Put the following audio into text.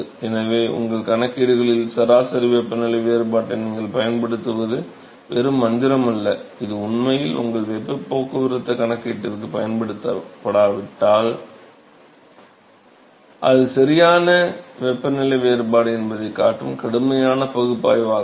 எனவே உங்கள் கணக்கீடுகளில் சராசரி வெப்பநிலை வேறுபாட்டை நீங்கள் பயன்படுத்துவது வெறும் மந்திரம் அல்ல இது உண்மையில் உங்கள் வெப்பப் போக்குவரத்து கணக்கீட்டிற்குப் பயன்படுத்தப்பட்டால் அது சரியான வெப்பநிலை வேறுபாடு என்பதைக் காட்டும் கடுமையான பகுப்பாய்வாகும்